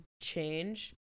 change